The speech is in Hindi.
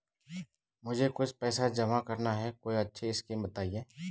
मुझे कुछ पैसा जमा करना है कोई अच्छी स्कीम बताइये?